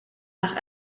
par